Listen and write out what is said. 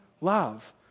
love